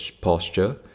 posture